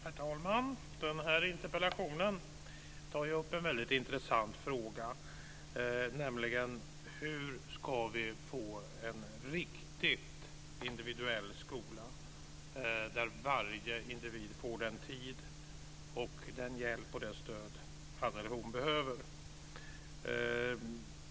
Herr talman! Den här interpellationen tar upp en väldigt intressant fråga, nämligen hur vi ska få en riktigt individuell skola där varje individ får den tid, den hjälp och det stöd han eller hon behöver.